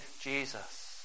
Jesus